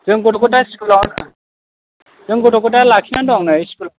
जों गथ'खौ दा स्कुलाव जों गथ'खौ दा लाखिनानै दं नै स्कुलाव